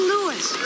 Lewis